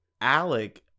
Alec